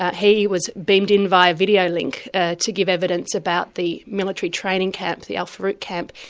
he was beamed in by video link to give evidence about the military training camp, the al farouq camp,